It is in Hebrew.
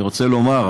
אני רוצה לומר,